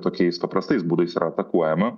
tokiais paprastais būdais yra atakuojama